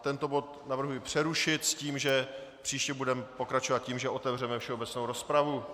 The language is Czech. Tento bod navrhuji přerušit s tím, že příště budeme pokračovat tím, že otevřeme všeobecnou rozpravu.